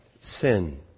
sin